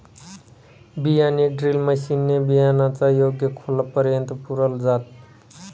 बियाणे drill machine ने बियाणांना योग्य खोलापर्यंत पुरल जात